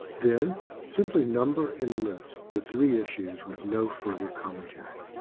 then simply number and list the three issues with no further commentary.